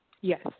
Yes